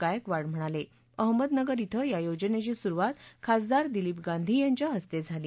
गायकवाड म्हणाले अहमदनगर धिं या योजनेची सुरुवात खासदार दिलीप गांधी यांच्या हस्ते झाली